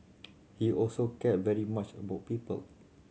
he also cared very much about people